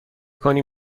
کنی